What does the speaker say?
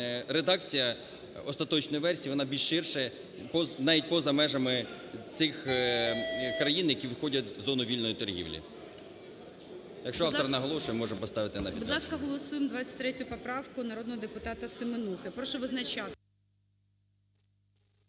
редакція остаточної версії вона більш ширша, навіть поза межами цих країн, які входять у зону вільної торгівлі. Якщо автор наголошує, можемо поставити на підтвердження.